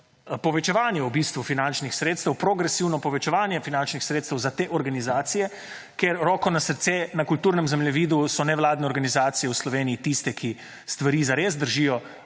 povečevanje v bistvu finančnih sredstev, progresivno povečevanje finančnih sredstev za te organizacije, ker roko na srce, na kulturnem zemljevidu so nevladne organizacije v Sloveniji tiste, ki stvari zares držijo